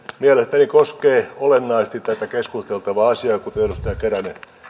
mielestäni koskee olennaisesti tätä keskusteltavaa asiaa kuten edustaja keränen